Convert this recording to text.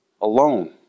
alone